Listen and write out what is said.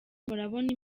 murabona